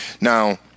now